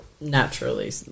naturally